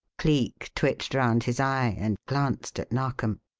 cleek twitched round his eye and glanced at narkom.